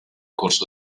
corso